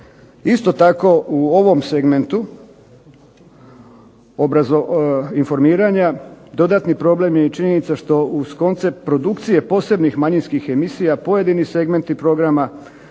Isto tako u ovom segmentu informiranja dodatni problem je i činjenica što uz koncept produkcije posebnih manjinskih emisija pojedini segmenti programa